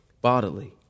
bodily